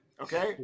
Okay